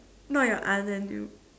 no your other dude